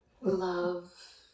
Love